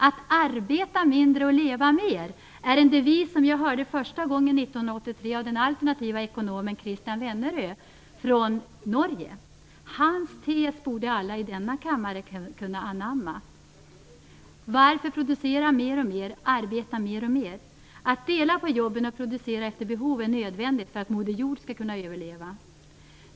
Att arbeta mindre och leva mer - det är en devis som jag hörde första gången 1983 av den alternativa ekonomen Kristian Venneröd från Norge. Hans tes borde alla i denna kammare kunna anamma. Varför producera mer och mer, arbeta mer och mer? Att dela på jobben och producera efter behov är nödvändigt för att Moder Jord skall kunna överleva.